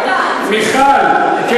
ככה אתם,